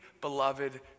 beloved